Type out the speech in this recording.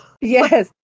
Yes